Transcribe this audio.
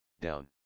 down